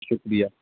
شکریہ